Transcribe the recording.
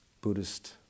Buddhist